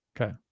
Okay